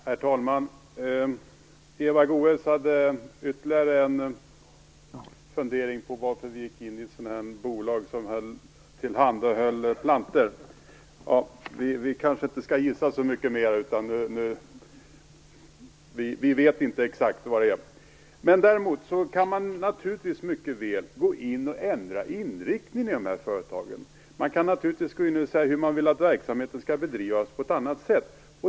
Herr talman! Eva Goës hade ytterligare en fundering om varför vi går in i bolag som tillhandahåller plantor. Vi kanske inte skall gissa så mycket mer, då vi inte vet exakt vad syftet är. Däremot kan man naturligtvis mycket väl gå in och ändra inriktning i de här företagen. Man kan naturligtvis gå in och säga om man vill att verksamheten skall bedrivas på ett annat sätt.